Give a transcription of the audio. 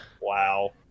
Wow